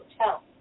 hotel